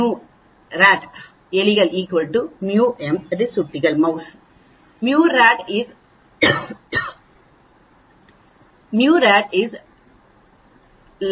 H0 μ rat μ m சுட்டி μrat μ m